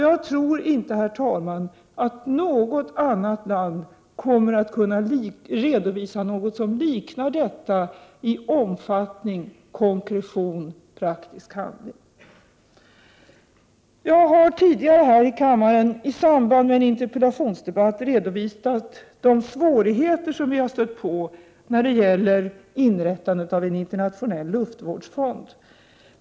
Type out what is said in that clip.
Jag tror inte att något annat land kommer att kunna redovisa något som liknar detta i omfattning, konkretion och praktisk handling. Jag har tidigare här i kammaren i samband med en interpellationsdebatt redovisat de svårigheter som vi har stött på när det gäller inrättandet av en internationell luftvårdsfond.